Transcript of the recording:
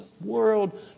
world